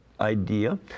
idea